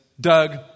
Doug